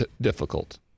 difficult